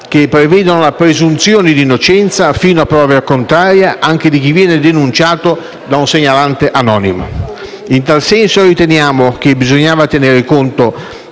che prevedono la presunzione di innocenza fino a prova contraria, anche di chi viene denunciato da un segnalante anonimo. In tal senso, riteniamo che si debba tener conto